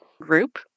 group